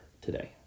today